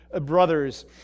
brothers